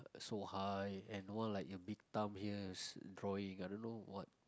so high and one like a big thumb here is drawing I don't know what